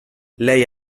lei